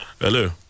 Hello